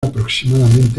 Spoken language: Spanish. aproximadamente